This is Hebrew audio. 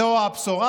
זו הבשורה,